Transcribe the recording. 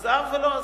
עזב ולא עזב,